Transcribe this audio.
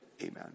Amen